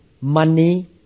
money